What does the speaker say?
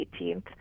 18th